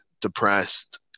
depressed